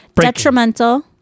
Detrimental